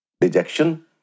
dejection